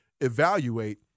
evaluate